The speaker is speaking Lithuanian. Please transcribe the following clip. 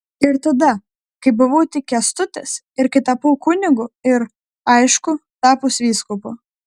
ir tada kai buvau tik kęstutis ir kai tapau kunigu ir aišku tapus vyskupu